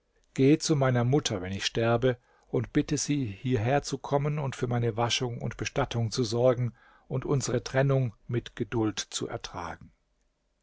geh zu meiner mutter wenn ich sterbe und bitte sie hierherzukommen und für meine waschung und bestattung zu sorgen und unsre trennung mit geduld zu ertragen